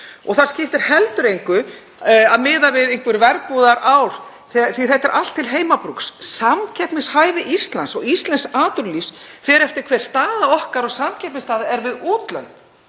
Það skiptir heldur engu að miða við einhver verbúðarár því að þetta er allt til heimabrúks. Samkeppnishæfi Íslands og íslensks atvinnulífs fer eftir því hver staða okkar er og samkeppnisstaða við útlönd,